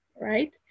right